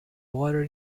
water